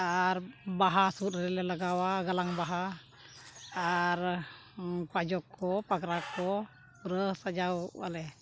ᱟᱨ ᱵᱟᱦᱟ ᱥᱩᱫ ᱨᱮᱞᱮ ᱞᱟᱜᱟᱣᱟ ᱜᱟᱞᱟᱝ ᱵᱟᱦᱟ ᱟᱨ ᱯᱟᱡᱚᱠ ᱠᱚ ᱯᱟᱜᱽᱨᱟ ᱠᱚ ᱯᱩᱨᱟᱹ ᱥᱟᱡᱟᱣᱚᱜ ᱟᱞᱮ